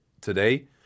today